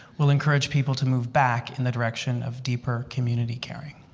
will encourage people to move back in the direction of deeper community caring?